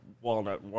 walnut